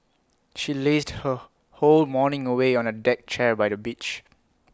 she lazed her whole morning away on A deck chair by the beach